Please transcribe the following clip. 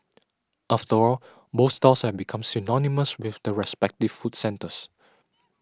after all both stalls have become synonymous with the respective food centres